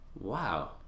Wow